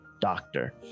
doctor